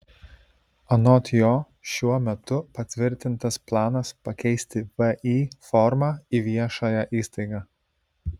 anot jo šiuo metu patvirtintas planas pakeisti vį formą į viešąją įstaigą